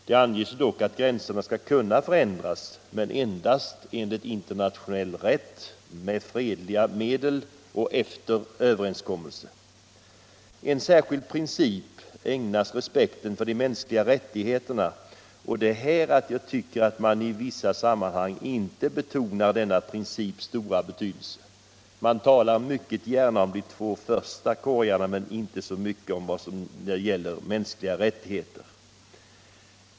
Det anges dock att gränserna skall kunna förändras men endast enligt internationell rätt, med fredliga medel och efter överenskommelse. En särskild princip ägnas respekten för de mänskliga rättigheterna, och det är denna princips stora betydelse som jag tycker att man i vissa sammanhang inte betonar. Man talar mycket gärna om de två första korgarna men inte så mycket om vad som gäller mänskliga rättigheter.